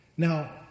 Now